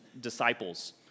disciples